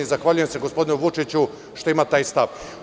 Zahvaljujem se gospodinu Vučiću što ima taj stav.